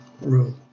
rule